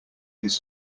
his